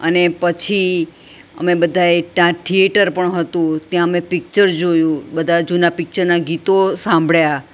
અને પછી અમે બધા એ ત્યાં થિયેટર પણ હતું ત્યાં અમે પિક્ચર જોયું બધા જૂના પિક્ચરના ગીતો સાંભળ્યા